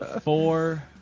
Four